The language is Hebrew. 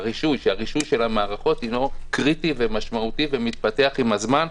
הרישוי של המערכות הינו קריטי ומשמעותי ומתפתח עם הזמן,